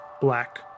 black